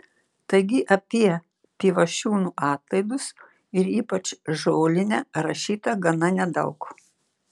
taigi apie pivašiūnų atlaidus ir ypač žolinę rašyta gana nedaug